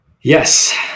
Yes